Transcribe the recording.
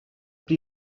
pli